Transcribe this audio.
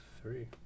three